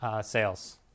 sales